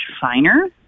finer